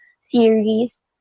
series